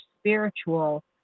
spiritual